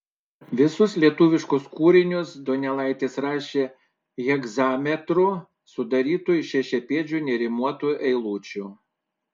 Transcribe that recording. visus lietuviškus kūrinius donelaitis rašė hegzametru sudarytu iš šešiapėdžių nerimuotų eilučių